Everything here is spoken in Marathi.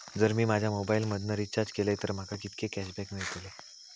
जर मी माझ्या मोबाईल मधन रिचार्ज केलय तर माका कितके कॅशबॅक मेळतले?